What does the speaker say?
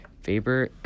Faber